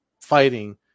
fighting